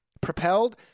propelled